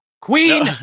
Queen